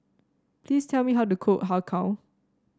please tell me how to cook Har Kow